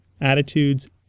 attitudes